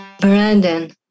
Brandon